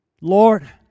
Lord